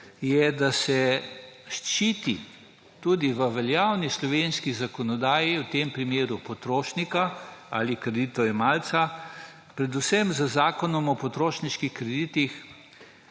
je, da se v veljavni slovenski zakonodaji v tem primeru ščiti potrošnika ali kreditojemalca predvsem z Zakonom o potrošniških kreditih.